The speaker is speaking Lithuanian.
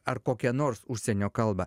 ar koką nors užsienio kalbą